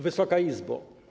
Wysoka Izbo!